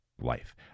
life